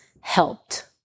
helped